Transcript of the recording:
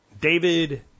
David